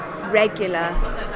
regular